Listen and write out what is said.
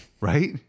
Right